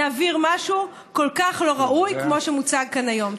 נעביר משהו כל כך לא ראוי כמו שמוצג כאן היום.